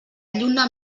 lluna